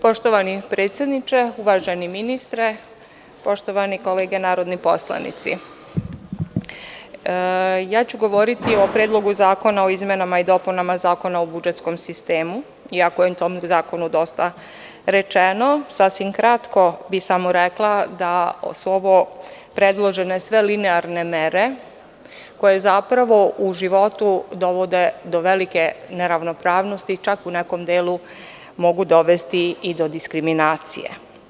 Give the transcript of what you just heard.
Poštovani predsedniče, uvaženi ministre, poštovane kolege poslanice, ja ću govoriti o Predlogu zakona o izmenama i dopunama Zakona o budžetskom sistemu, iako je o tom zakonu dosta rečeno, i sasvim kratko bih rekla da su ovo predložene linearne mere, koje zapravo u životu dovode do velike neravnopravnosti, a čak u nekom delu mogu dovesti i do diskriminacije.